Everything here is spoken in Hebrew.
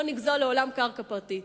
לא נגזול לעולם קרקע פרטית,